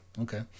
Okay